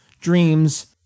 dreams